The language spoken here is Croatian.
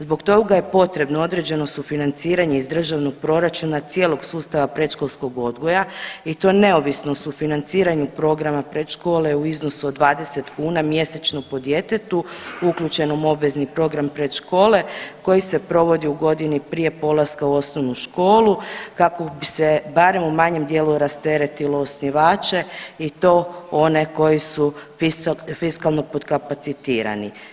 Zbog toga je potrebno određeno sufinanciranje iz državnog proračuna cijelog sustava predškolskog odgoja i to neovisno o sufinanciranju programa predškole u iznosu od 20 kuna mjesečno po djetetu uključenom u obvezni program predškole koji se provodi u godini prije polaska u osnovnu školu kako bi se barem u manjem dijelu rasteretilo osnivače i to one koji su fiskalno potkapacitirani.